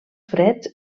freds